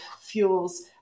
fuels